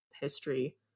history